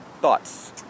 Thoughts